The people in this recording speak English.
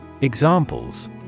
Examples